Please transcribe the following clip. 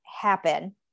happen